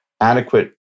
adequate